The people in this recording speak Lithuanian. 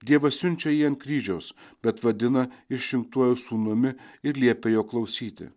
dievas siunčia jį ant kryžiaus bet vadina išrinktuoju sūnumi ir liepia jo klausyti